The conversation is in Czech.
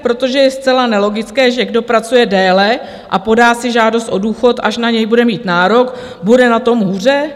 Protože je zcela nelogické, že kdo pracuje déle a podá si žádost o důchod, až na něj bude mít nárok, bude na tom hůře.